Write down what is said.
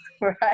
right